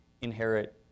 inherit